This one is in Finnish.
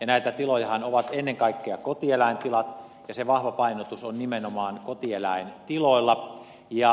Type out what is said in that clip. näitä tilojahan ovat ennen kaikkea kotieläintilat ja se vahva painotus on nimenomaan kotieläintiloilla